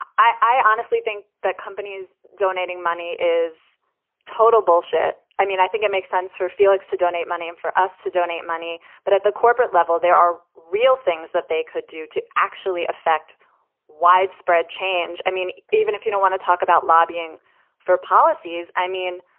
i i honestly think that companies donating money is total bullshit. i mean, i think it makes sense for felix to donate money and for us to donate money. but at the corporate level, there are real things that they could do to actually effect widespread change. i mean, even if you don't want to talk about lobbying for policies, i mean,